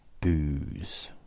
Booze